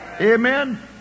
Amen